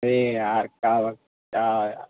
अरे यार कावा क्या यार